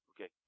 Okay